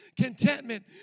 contentment